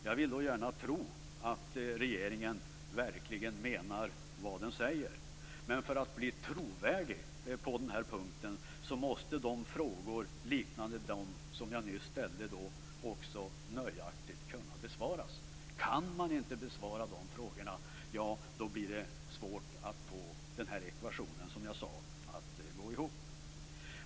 Jag vill gärna tro att regeringen verkligen menar vad den säger. Men för att bli trovärdig på den här punkten måste de frågor liknande dem som jag nyss ställde nöjaktigt kunna besvaras. Kan man inte besvara dessa frågor, ja, då blir det svårt att få ekvationen att gå ihop.